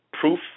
proof